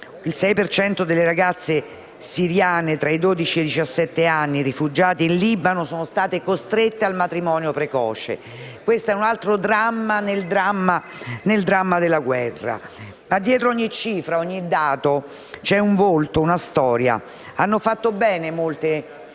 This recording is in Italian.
cento delle ragazze siriane tra i dodici e i diciassette anni rifugiate in Libano è stato costretto ad un matrimonio precoce; e questo è un altro dramma nel dramma della guerra. Ma dietro ogni cifra, ogni dato, vi è un volto, una storia. Hanno fatto bene molte